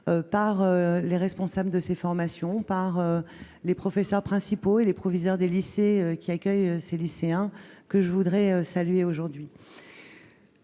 les responsables de formation, les professeurs principaux et les proviseurs des lycées qui accueillent ces jeunes. Je voudrais les saluer aujourd'hui.